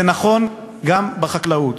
זה נכון גם בחקלאות.